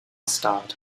starred